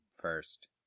first